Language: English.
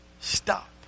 Stop